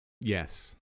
Yes